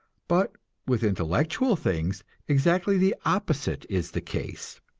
but with intellectual things exactly the opposite is the case.